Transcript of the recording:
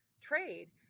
trade